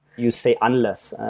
you say unless,